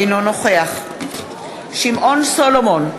אינו נוכח שמעון סולומון,